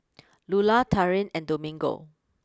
Lulah Taryn and Domingo